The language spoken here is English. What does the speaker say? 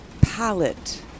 palette